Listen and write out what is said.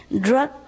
drug